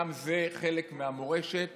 גם זה חלק מהמורשת